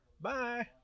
Bye